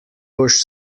boš